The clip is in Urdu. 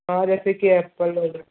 ہاں جیسے کہ ایپل ہو گیا